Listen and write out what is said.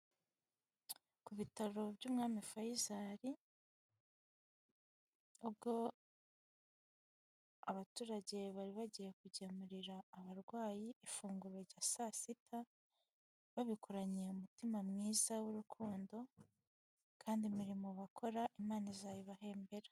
Ku bitaro by'umwami Fayisari abaturage bari bagiye kugemurira abarwayi ifunguro rya saa sita, babikoranye umutima mwiza w'urukundo kandi imirimo bakora imana izayibahembera.